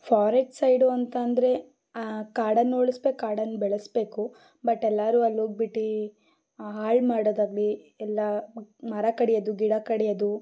forest side ಅಂತ ಅಂದರೆ ಕಾಡನ್ನು ಉಳಿಸಬೇಕು ಕಾಡನ್ನು ಬೆಳೆಸಬೇಕು ಬಟ್ ಎಲ್ಲರೂ ಅಲ್ಲಿ ಹೋಗ್ಬಿಟ್ಟು ಹಾಳು ಮಾಡೋದಾಗಲಿ ಇಲ್ಲ ಮರ ಕಡಿಯೋದು ಗಿಡ ಕಡಿಯೋದು